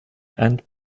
and